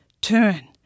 Turn